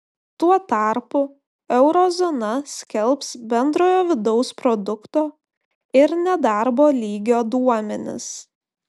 tuo tarpu euro zona skelbs bendrojo vidaus produkto ir nedarbo lygio duomenis